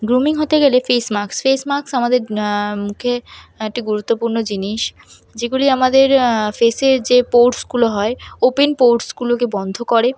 grooming হতে গেলে face mask face mask আমাদের মুখে একটি গুরুত্বপূর্ণ জিনিস যেগুলি আমাদের ফেসের যে পোরসগুলো হয় ওপেন পোরসগুলোকে বন্ধ করে